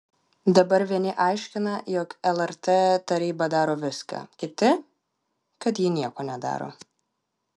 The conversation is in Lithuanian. dabar vieni aiškina jog lrt taryba daro viską kiti kad ji nieko nedaro